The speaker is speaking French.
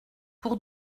pour